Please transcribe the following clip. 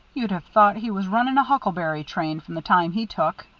you'd have thought he was running a huckleberry train from the time he took.